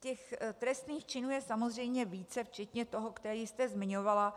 Těch trestných činů je samozřejmě více, včetně toho, který jste zmiňovala.